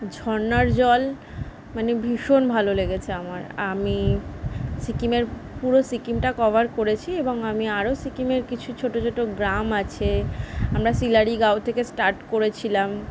ঝর্ণার জল মানে ভীষণ ভালো লেগেছে আমার আমি সিকিমের পুরো সিকিমটা কভার করেছি এবং আমি আরো সিকিমের কিছু ছোটো ছোটো গ্রাম আছে আমরা শিলারি গাঁও থেকে স্টার্ট করেছিলাম